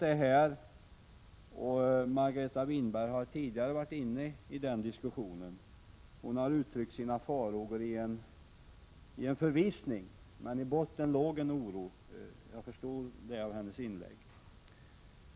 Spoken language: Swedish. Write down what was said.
På den här punkten har Margareta Winberg uttryckt farhågor, som bottnar ienooro för vad som skall hända.